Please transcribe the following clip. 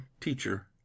teacher